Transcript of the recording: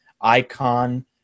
ICON